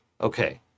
Okay